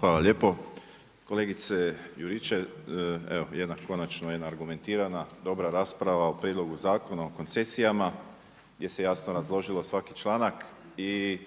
Hvala lijepo. Kolegice Juričev, evo konačno jedna argumentirana dobra rasprava o Prijedlogu Zakona o koncesijama gdje se jasno razložilo svaki članak i